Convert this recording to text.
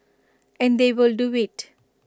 and they will do IT